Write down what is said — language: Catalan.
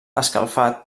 escalfat